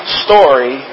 story